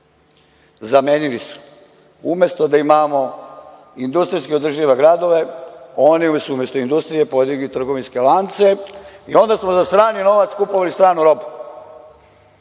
zamenili su. Umesto da imamo industrijski održive gradove, oni su umesto industrije podigli trgovinske lance i onda smo za strani novac kupovali stranu robu.